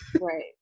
Right